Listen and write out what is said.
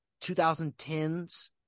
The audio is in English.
2010s